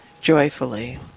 joyfully